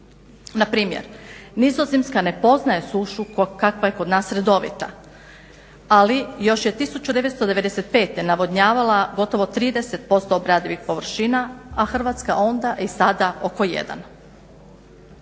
Npr. Nizozemska ne poznaje sšu kakva je kod nas redovita, ali još je 1995. Navodnjavala gotovo 30% obradivih površina a Hrvatska onda i sada oko 1%.